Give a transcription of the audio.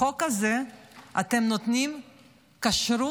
בחוק הזה אתם נותנים כשרות